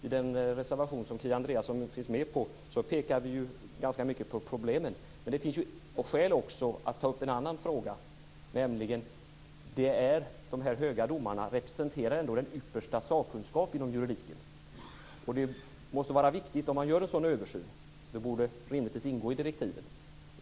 I den reservation som Kia Andreasson finns med på pekar vi ganska mycket på problemen. Men det finns också skäl att ta upp en annan fråga. De här höga domarna representerar ju ändå den yppersta sakkunskapen inom juridiken. Det måste vara viktigt att man gör en sådan översyn, och det borde rimligen ingå i direktiven.